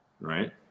right